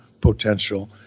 potential